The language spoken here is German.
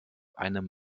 einem